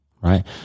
right